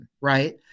right